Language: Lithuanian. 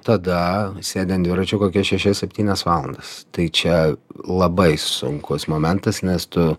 tada sėdi ant dviračio kokias šešias septynias valandas tai čia labai sunkus momentas nes tu